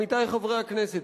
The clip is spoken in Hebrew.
עמיתי חברי הכנסת,